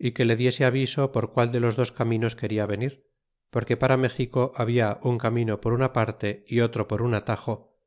o que le diese aviso por qual de los dos caminos quena venir porque para méxico habla un camino por una parte é otro por un atajo